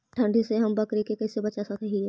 ठंडी से हम बकरी के कैसे बचा सक हिय?